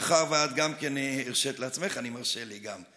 מאחר שאת גם הרשית לעצמך, אני מרשה לי גם.